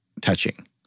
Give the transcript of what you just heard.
touching